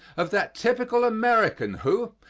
of that typical american who,